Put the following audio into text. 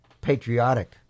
patriotic